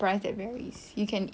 ada benda dua dolar